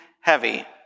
heavy